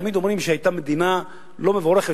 תמיד אומרים שהיא היתה מדינה לא מבורכת,